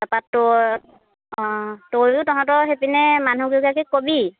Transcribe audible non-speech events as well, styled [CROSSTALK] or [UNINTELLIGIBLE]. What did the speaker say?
[UNINTELLIGIBLE] অঁ তইয়ো তহঁতৰ সেইপিনে মানুহ কেইগৰাকীক কবি